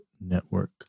network